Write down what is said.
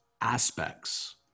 aspects